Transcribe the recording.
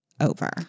over